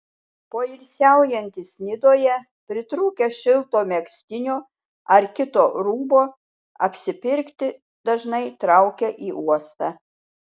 poilsiaujantys nidoje pritrūkę šilto megztinio ar kito rūbo apsipirkti dažnai traukia į uostą